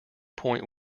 point